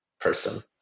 person